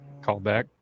Callback